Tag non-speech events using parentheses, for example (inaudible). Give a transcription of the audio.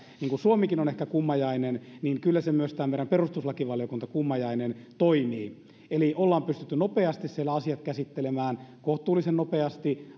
niin kuin suomikin on ehkä kummajainen niin näyttää siltä että kyllä tämä meidän perustuslakivaliokuntakummajainen toimii eli siellä ollaan pystytty nopeasti asiat käsittelemään kohtuullisen nopeasti (unintelligible)